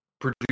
produce